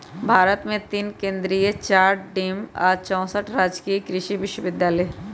भारत मे तीन केन्द्रीय चार डिम्ड आ चौसठ राजकीय कृषि विश्वविद्यालय हई